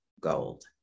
gold